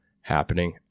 happening